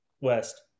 West